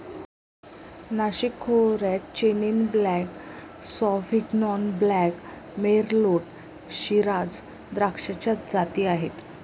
नाशिक खोऱ्यात Chenin Blanc, Sauvignon Blanc, Merlot, Shiraz द्राक्षाच्या जाती आहेत